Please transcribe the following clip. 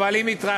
אבל היא מתרחשת,